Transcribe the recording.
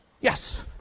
yes